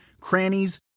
crannies